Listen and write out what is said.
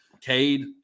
Cade